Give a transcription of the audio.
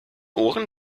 ohren